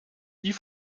die